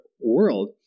world